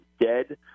dead